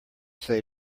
say